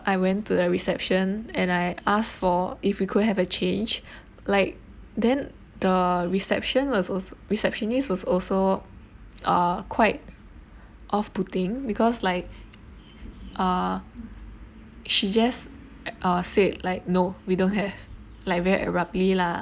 I went to the reception and I asked for if we could have a change like then the reception was also receptionist was also uh quite off-putting because like uh she just uh said like no we don't have like very abruptly lah